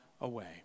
away